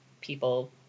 people